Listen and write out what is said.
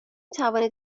توانید